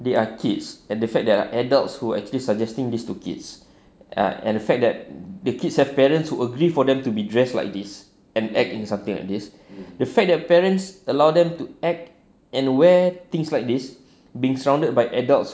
they are kids and the fact that are adults who actually suggesting these two kids ah and the fact that the kids have parents who agree for them to be dressed like this and act in something like this the fact their parents allow them to act and wear things like this being surrounded by adults